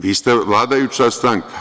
Vi ste vladajuća stranka.